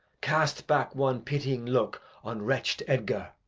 cast back one pitying look on wretched edgar.